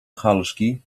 halszki